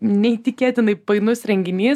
neįtikėtinai painus renginys